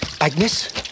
Agnes